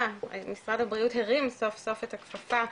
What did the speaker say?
משרד הבריאות הרים סוף סוף את הכפפה,